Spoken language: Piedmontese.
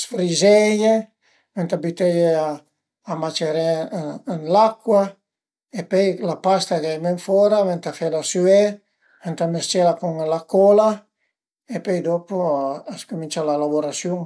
sfrizeie, ëntà büteie a maceré ën l'acua e pöi la pasta ch'a ven fora, ëntà fela süé, ëntà mes-cela cun la cola e pöi dopu a s'cumincia la lavurasiun